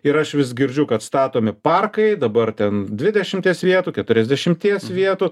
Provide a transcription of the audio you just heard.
ir aš vis girdžiu kad statomi parkai dabar ten dvidešimties vietų keturiasdešimties vietų